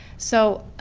so